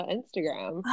Instagram